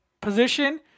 position